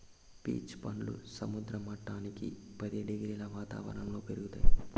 peach పండ్లు సముద్ర మట్టానికి పది డిగ్రీల వాతావరణంలో పెరుగుతాయి